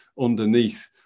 underneath